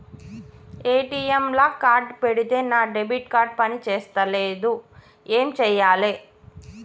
ATM లా card పెడితే నా డెబిట్ కార్డ్ పని చేస్తలేదు ఏం చేయాలే?